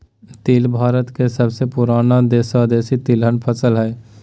तिल भारत के सबसे पुराना स्वदेशी तिलहन फसल हइ